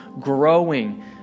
growing